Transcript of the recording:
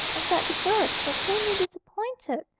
and that the girls were plainly disappointed,